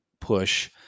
push